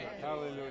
Hallelujah